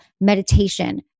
meditation